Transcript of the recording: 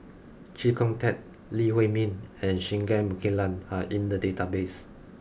Chee Kong Tet Lee Huei Min and Singai Mukilan are in the database